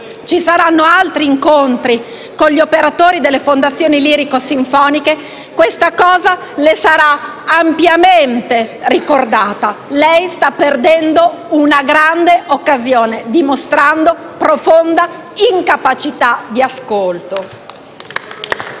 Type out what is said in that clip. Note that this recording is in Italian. ci saranno altri incontri con gli operatori delle fondazioni lirico-sinfoniche, questo fatto le sarà ampiamente ricordato. Lei sta perdendo una grande occasione, dimostrando una profonda incapacità di ascolto.